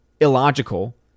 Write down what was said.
illogical